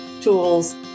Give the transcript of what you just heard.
tools